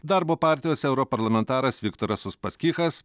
darbo partijos europarlamentaras viktoras uspaskichas